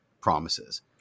promises